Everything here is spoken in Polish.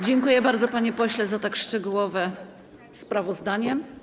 Dziękuję bardzo, panie pośle, za tak szczegółowe sprawozdanie.